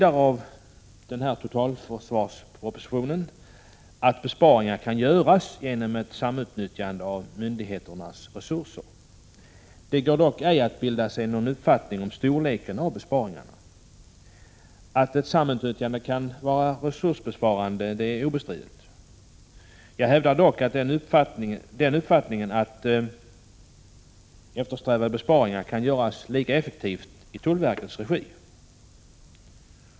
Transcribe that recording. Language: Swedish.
Av denna totalförsvarsproposition framgår vidare att besparingar kan göras genom ett samutnyttjande av myndigheternas resurser. Det går dock ej att bilda sig någon uppfattning om storleken på besparingarna. Att ett samutnyttjande kan vara resursbesparande är dock obestridligt. Jag hävdar emellertid uppfattningen att eftersträvade besparingar kan göras lika effektivt i tullverkets regi.